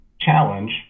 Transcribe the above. challenge